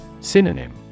Synonym